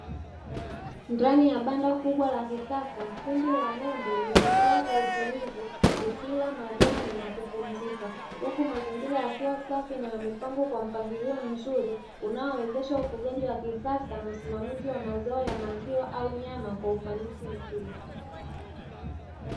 Ndani ya banda kubwa la kisasa, kundi la ng’ombe limekaa kwa utulivu likila majani na kupumzika huku mazingira yakiwa safi na yaliyopangwa kwa mpanglio mzuri unaowezesha ufugaji wa kisasa na usimamizi wa maziwa au nyama kwa ufanisi mkubwa.